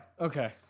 Okay